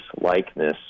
likeness